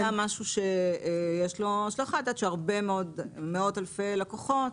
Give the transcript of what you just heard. יש מאות אלפי לקוחות